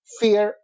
fear